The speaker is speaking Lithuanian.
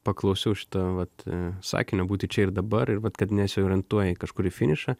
paklausiau šito vat sakinio būti čia ir dabar ir vat kad nesiorientuoji kažkur į finišą